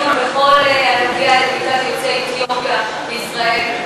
בכל הנוגע לקהילת יוצאי אתיופיה בישראל.